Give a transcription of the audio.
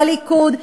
בליכוד,